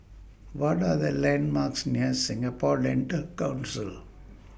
What Are The landmarks near Singapore Dental Council